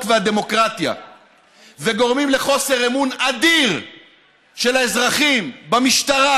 והדמוקרטיה וגורמים לחוסר אמון אדיר של האזרחים במשטרה,